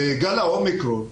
בגל האומיקרון,